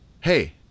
Hey